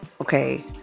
Okay